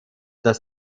dass